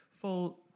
full